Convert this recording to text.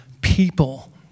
people